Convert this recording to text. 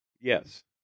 Yes